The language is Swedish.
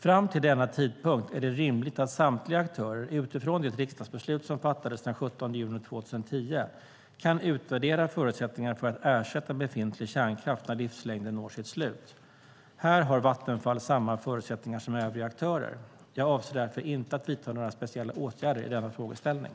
Fram till denna tidpunkt är det rimligt att samtliga aktörer, utifrån det riksdagsbeslut som fattades den 17 juni 2010, kan utvärdera förutsättningarna för att ersätta befintlig kärnkraft när livslängden når sitt slut. Här har Vattenfall samma förutsättningar som övriga aktörer. Jag avser därför inte att vidta några speciella åtgärder i denna frågeställning.